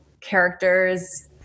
character's